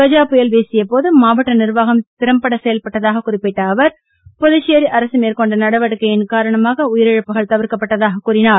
கஜா புயல் வீசியபோது மாவட்ட நிர்வாகம் திறம்பட செயல்பட்டதாக குறிப்பிட்ட அவர் புதுச்சேரி அரசு மேற்கொண்ட நடவடிக்கையின் காரணமாக உயிரிழப்புகள் தவிர்க்கப்பட்டதாக அவர் கூறினார்